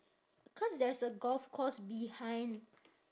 cause there's a golf course behind